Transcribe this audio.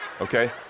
Okay